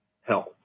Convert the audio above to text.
health